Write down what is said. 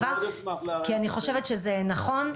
כי אני חושבת שזה נכון.